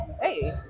Hey